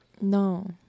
No